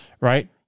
Right